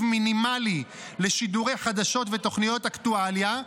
מינימלי לשידורי חדשות ותוכניות אקטואליה,